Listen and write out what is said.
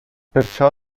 perciò